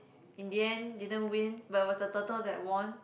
in the end didn't win but was the turtle that won